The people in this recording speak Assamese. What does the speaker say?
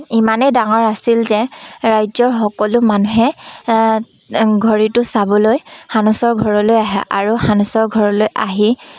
ইমানেই ডাঙৰ আছিল যে ৰাজ্যৰ সকলো মানুহে ঘড়ীটো চাবলৈ সানুচৰ ঘৰলৈ আহে আৰু সানুচৰ ঘৰলৈ আহি